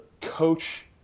coach